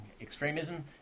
extremism